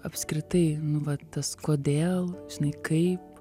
apskritai nu va tas kodėl žinai kaip